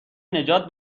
نجات